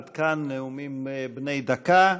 עד כאן נאומים בני דקה.